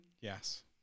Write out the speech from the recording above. yes